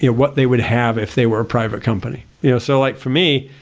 yeah what they would have if they were a private company. you know so like for me,